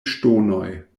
ŝtonoj